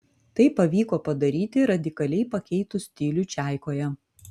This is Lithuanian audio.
tai pavyko padaryti radikaliai pakeitus stilių čaikoje